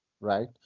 right